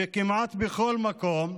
כמעט בכל מקום,